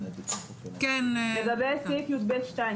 לגבי סעיף י"ב2,